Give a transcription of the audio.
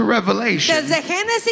Revelation